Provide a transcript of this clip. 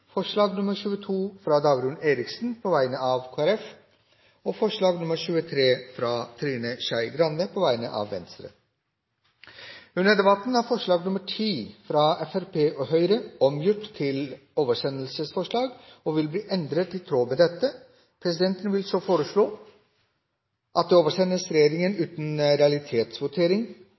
forslag nr. 23, fra Trine Skei Grande på vegne av Venstre. Under debatten er forslag nr. 10, fra Fremskrittspartiet og Høyre, omgjort til et oversendelsesforslag og lyder da i endret form: «Det henstilles til Regjeringen å innføre vurdering med karakterer i valgfag.» Presidenten foreslår at dette forslaget oversendes regjeringen uten realitetsvotering.